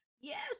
Yes